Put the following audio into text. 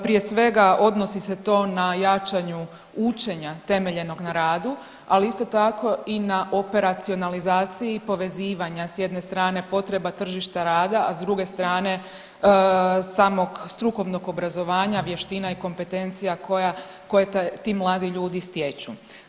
Prije svega odnosi se to na jačanju učenja temeljenog na radu, ali isto tako i na operacionalizaciji povezivanja sa jedne strane potreba tržišta rada, a s druge strane samog strukovnog obrazovanja, vještina i kompetencija koje ti mladi ljudi stječu.